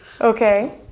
Okay